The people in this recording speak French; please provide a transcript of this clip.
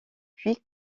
puis